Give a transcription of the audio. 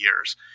years